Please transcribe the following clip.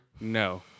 no